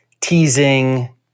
teasing